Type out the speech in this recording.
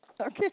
Okay